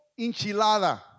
enchilada